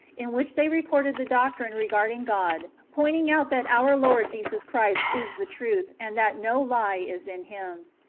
in which they recorded the doctrine regarding god, pointing out that our lord jesus christ is the truth, and that no lie is in him.